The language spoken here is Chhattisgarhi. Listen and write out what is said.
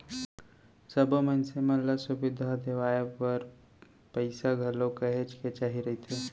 सब्बो मनसे मन ल सुबिधा देवाय बर पइसा घलोक काहेच के चाही रहिथे